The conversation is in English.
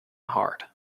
hard